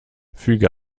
füge